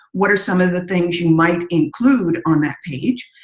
what are some of the things you might include on that page,